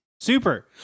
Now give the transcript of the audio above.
Super